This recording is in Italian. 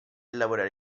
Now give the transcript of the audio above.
lavorare